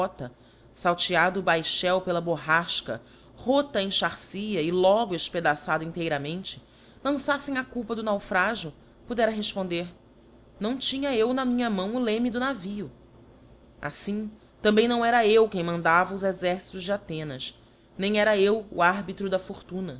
a derrota falteado o baínel pela borrafca rota a enxárcia e logo efpedaçada inteiramente lançaffem a culpa do naufrágio poderá refponder inão tinha cu na minha mão o leme do navio affim também não era eu quem mandava os exércitos de athenas nem era eu o arbitro da fortuna